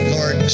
Lord